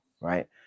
right